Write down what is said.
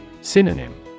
Synonym